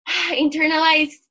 internalized